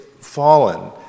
fallen